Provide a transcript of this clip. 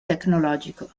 tecnologico